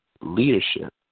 leadership